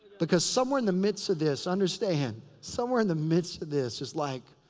because somewhere in the midst of this. understand. somewhere in the midst of this. it's like